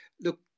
look